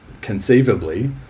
conceivably